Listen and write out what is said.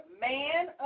man